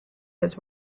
his